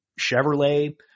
Chevrolet